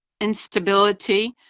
instability